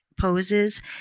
poses